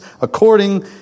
according